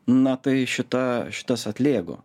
na tai šita šitas atlėgo